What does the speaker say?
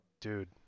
Dude